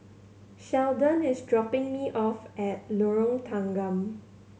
Sheldon is dropping me off at Lorong Tanggam